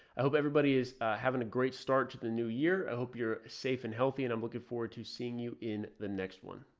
i hope everybody is having a great start to the new year. i hope you're safe and healthy, and i'm looking forward to seeing you in the next one.